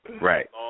Right